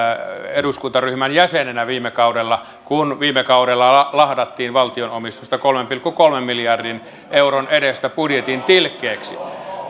eduskuntaryhmän jäsenenä viime kaudella kun viime kaudella lahdattiin valtion omistusta kolmen pilkku kolmen miljardin euron edestä budjetin tilkkeeksi